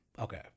Okay